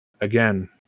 Again